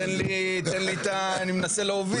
לפחות תן לי, אני מנסה להוביל.